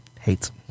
hates